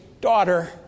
daughter